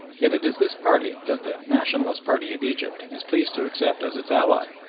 yet it is this party that the nationalist party of egypt is pleased to accept as its ally.